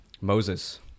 Moses